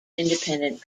independent